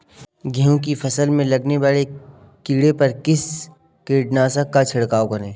गेहूँ की फसल में लगने वाले कीड़े पर किस कीटनाशक का छिड़काव करें?